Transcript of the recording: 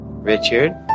Richard